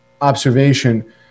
observation